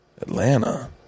Atlanta